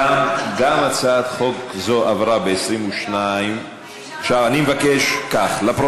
הצעת חוק הפיקוח על שירותים פיננסיים (קופות גמל) (תיקון,